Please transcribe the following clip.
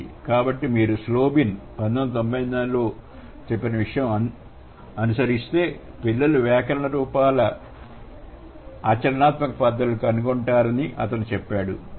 కాబట్టి మీరు స్లోబిన్ ను అనుసరిస్తే పిల్లలు వ్యాకరణ రూపాల ఆచరణాత్మక పద్ధతులను కనుగొనుకుంటారని అతను చెప్పేవాడు